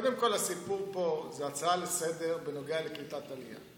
קודם כול הסיפור פה זה הצעה לסדר-היום בנוגע לקליטת עלייה.